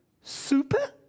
super